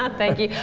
ah thank you.